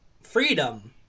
freedom